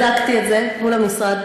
בדקתי את זה מול המשרד,